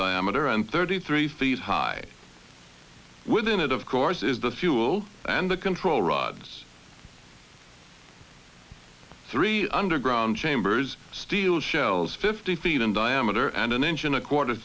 diameter and thirty three feet high within it of course is the fuel and the control rods three underground chambers steel shells fifty feet in diameter and an engine a quarter